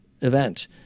event